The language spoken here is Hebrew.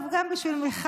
וגם בשביל היושב-ראש.